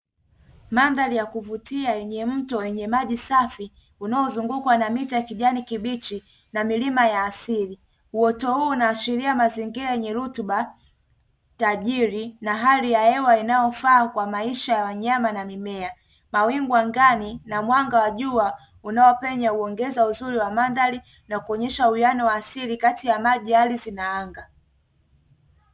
Mandhari ya kuvutia yenye mto wenye maji safi unaozungukwa na mita ya kijani kibichi na milima ya asili, uoto huo unaashiria mazingira yenye rutuba tajiri na hali ya hewa inayofaa kwa maisha ya wanyama na mimea ,mawingu angani na mwanga wa jua unaopenya huongeza uzuri wa mandhari na kuonyesha uwiano wa asili kati ya maji, ardhi na anga.